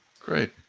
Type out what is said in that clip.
Great